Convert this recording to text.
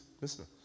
listen